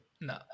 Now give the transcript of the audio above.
No